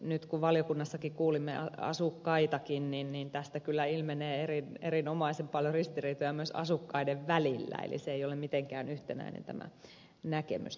nyt kun valiokunnassa kuulimme asukkaitakin niin tästä kyllä ilmenee erinomaisen paljon ristiriitoja myös asukkaiden välillä eli tämä näkemys tästä asiasta ei ole mitenkään yhtenäinen